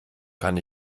kann